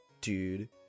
dude